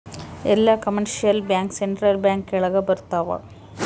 ಎಲ್ಲ commercial bank central bank ಕೆಳಗ ಬರತಾವ